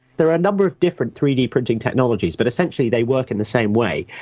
there are a number of different three d printing technologies, but essentially they work in the same way.